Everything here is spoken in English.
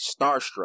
starstruck